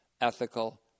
ethical